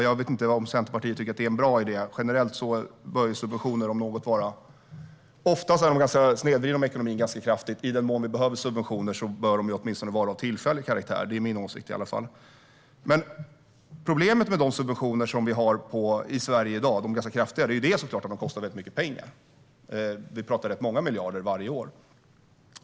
Jag vet inte om Centerpartiet tycker att det är en bra idé. Oftast snedvrider subventioner ekonomin ganska kraftigt. I den mån vi behöver subventioner bör de åtminstone vara av tillfällig karaktär. Det är i alla fall min åsikt. Problemet med de ganska kraftiga subventioner vi har i Sverige i dag är såklart att de kostar mycket pengar. Vi pratar rätt många miljarder varje år.